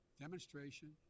demonstration